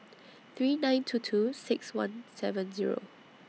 three nine two two six one seven Zero